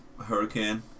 Hurricane